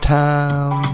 time